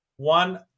one